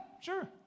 sure